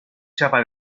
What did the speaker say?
chapa